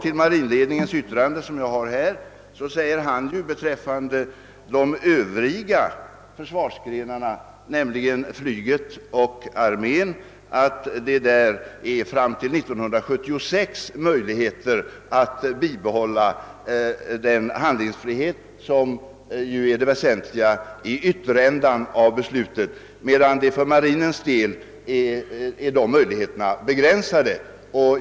I marinledningens yttrande, som jag har i min hand, sägs vidare beträffande de övriga försvarsgrenarna, flyget och armén, att man fram till 1976 har möjligheter att bibehålla den handlingsfrihet, som ju är det väsentliga vid utgången av den period som beslutet avser, medan möjligheterna är begränsade för marinens vidkommande.